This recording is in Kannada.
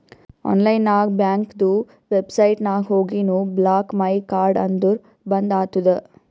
ಆನ್ಲೈನ್ ನಾಗ್ ಬ್ಯಾಂಕ್ದು ವೆಬ್ಸೈಟ್ ನಾಗ್ ಹೋಗಿನು ಬ್ಲಾಕ್ ಮೈ ಕಾರ್ಡ್ ಅಂದುರ್ ಬಂದ್ ಆತುದ